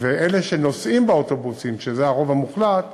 ואלה שנוסעים באוטובוסים, שזה הרוב המוחלט,